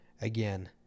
again